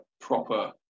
proper